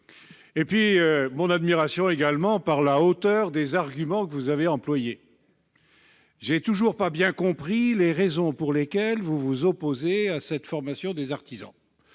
le but. J'admire également la hauteur des arguments que vous avez avancés : je n'ai toujours pas bien compris les raisons pour lesquelles vous vous opposez à la formation des artisans.